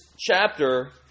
chapter